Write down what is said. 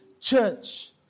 church